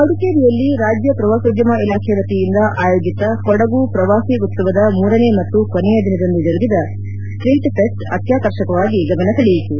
ಮಡಿಕೇರಿಯಲ್ಲಿ ರಾಜ್ಯ ಪ್ರವಾಸೋದ್ದಮ ಇಲಾಖೆ ವತಿಯಿಂದ ಆಯೋಜಿತ ಕೊಡಗು ಪ್ರವಾಸಿ ಉತ್ಸವದ ಮೂರನೇ ಮತ್ತು ಕೊನೆಯ ದಿನದಂದು ಜರುಗಿದ ಸ್ವೀಟ್ ಫೆಸ್ಟ್ ಅತ್ಯಾಕರ್ಷಕವಾಗಿ ಗಮನ ಸೆಳೆಯಿತು